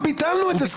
ביטלנו את זה.